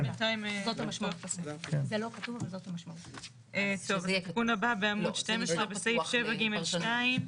אז התיקון הבא, בעמוד 12 בסעיף 7(ג)(2).